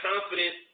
confident